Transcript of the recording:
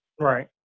Right